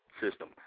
system